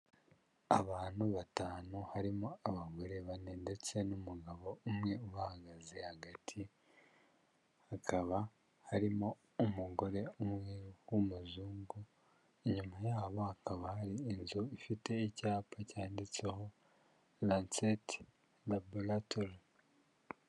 Abantu batanu harimo abagore bane, ndetse n'umugabo umwe bahagaze hagati hakaba harimo umugore umwe w'umuzungu, inyuma yabo hakaba hari inzu ifite icyapa cyanditseho ranseti raboratori.